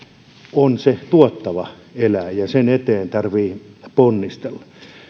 tuotantoeläin on tuottava eläin ja sen eteen tarvitsee ponnistella